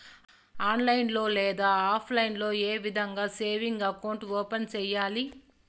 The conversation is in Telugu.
ఆన్లైన్ లో లేదా ఆప్లైన్ లో ఏ విధంగా సేవింగ్ అకౌంట్ ఓపెన్ సేయాలి